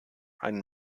einen